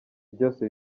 byose